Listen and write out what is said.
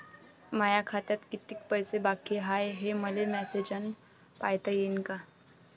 माया खात्यात कितीक पैसे बाकी हाय, हे मले मॅसेजन पायता येईन का?